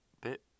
bit